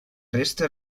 resta